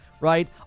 right